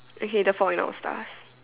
okay the fault in our stars